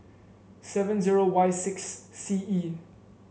seven zero Y six C E